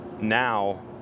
now